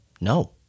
no